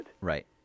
Right